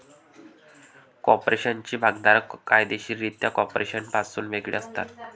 कॉर्पोरेशनचे भागधारक कायदेशीररित्या कॉर्पोरेशनपासून वेगळे असतात